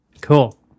Cool